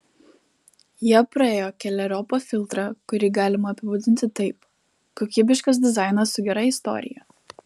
jie praėjo keleriopą filtrą kurį galima apibūdinti taip kokybiškas dizainas su gera istorija